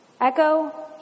Echo